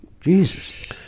jesus